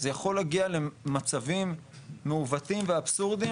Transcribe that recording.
זה יכול להגיע למצבים מעוותים ואבסורדים